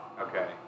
Okay